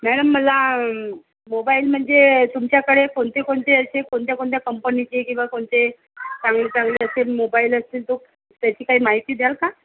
madam मला mobile म्हणजे तुमच्याकडे कोणते कोणते याचे कोणत्या कोणत्या कंपनीचे किंवा कोणते चांगले चांगले असे मोबाईल असतील तो त्याची काही माहिती द्याल का